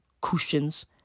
cushions